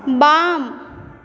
बाम